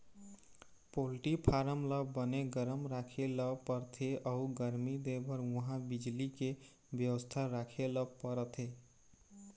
poultry farm ल बने गरम राखे ल परथे अउ गरमी देबर उहां बिजली के बेवस्था राखे ल परथे